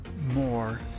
more